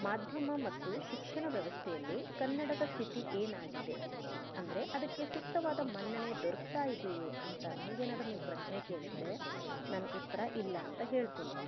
ಮಾಧ್ಯಮ ಮತ್ತು ಶಿಕ್ಷಣ ವ್ಯವಸ್ಥೆಯಲ್ಲಿ ಕನ್ನಡದ ಸ್ಥಿತಿ ಏನಾಗಿದೆ ಅಂದರೆ ಅದಕ್ಕೆ ಸೂಕ್ತವಾದ ಮನ್ನಣೆ ದೊರ್ಕ್ತಾ ಇದೆಯೇ ಅಂತ ನನಗೇನಾದರೂ ನೀವು ಪ್ರಶ್ನೆ ಕೇಳಿದರೆ ನನ್ನ ಉತ್ತರ ಇಲ್ಲ ಅಂತ ಹೇಳ್ತೇನೆ